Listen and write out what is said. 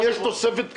מה יש פה לתעדף?